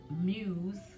muse